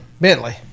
Bentley